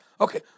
okay